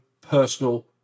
personal